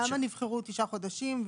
למה נבחרו תשעה חודשים?